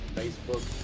facebook